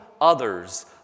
others